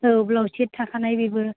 औ ब्लाउस सेथ थाखानाय बेबो